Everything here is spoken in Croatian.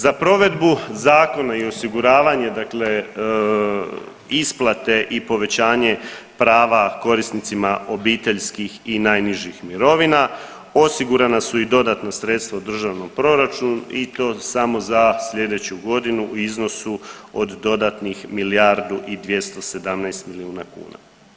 Za provedbu zakona i osiguravanje isplate i povećanje prava korisnicima obiteljskih i najnižih mirovina osigurana su i dodatna sredstva u državnom proračunu i to samo za sljedeću godinu u iznosu od dodatnih milijardu i 217 milijuna kuna.